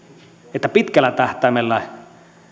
että pitkällä tähtäimellä